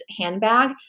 handbag